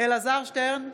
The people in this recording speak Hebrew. אלעזר שטרן,